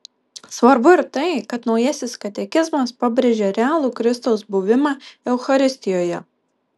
svarbu ir tai kad naujasis katekizmas pabrėžia realų kristaus buvimą eucharistijoje